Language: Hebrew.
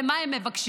ומה הם מבקשים?